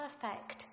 perfect